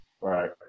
right